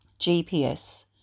GPS